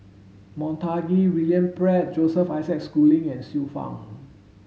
Montague William Pett Joseph Isaac Schooling and Xiu Fang